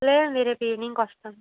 లేదు మేం రేపు ఈవినింగ్కి వస్తాం